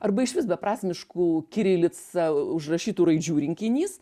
arba išvis beprasmiškų kirilica užrašytų raidžių rinkinys